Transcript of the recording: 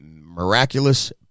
miraculous